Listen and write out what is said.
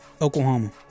Oklahoma